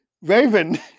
Raven